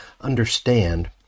understand